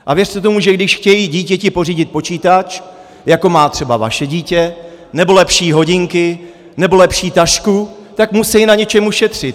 A věřte tomu, že když chtějí dítěti pořídit počítač, jako má třeba vaše dítě, nebo lepší hodinky, nebo lepší tašku, tak musí na něčem ušetřit!